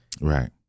Right